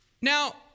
Now